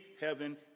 heaven